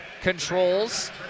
controls